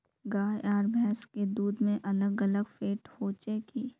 गाय आर भैंस के दूध में अलग अलग फेट होचे की?